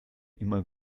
immer